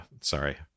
sorry